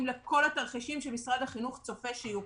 לכל התרחישים שמשרד החינוך צופה שיהיו.